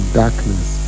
darkness